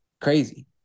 Crazy